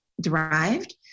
derived